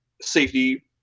safety